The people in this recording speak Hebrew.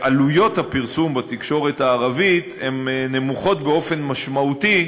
שעלויות הפרסום בתקשורת הערבית נמוכות באופן משמעותי